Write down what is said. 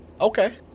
Okay